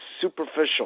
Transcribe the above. superficial